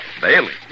Bailey